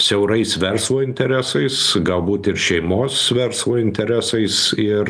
siaurais verslo interesais galbūt ir šeimos verslo interesais ir